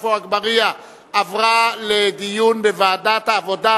עפו אגבאריה עברה לדיון בוועדת העבודה,